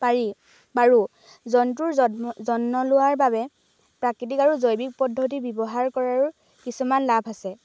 পাৰি পাৰোঁ জন্তুৰ যত্ন লোৱাৰ বাবে প্ৰাকৃতিক আৰু জৈৱিক পদ্ধতি ব্যৱহাৰ কৰাৰো কিছুমান লাভ আছে